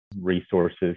resources